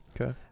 okay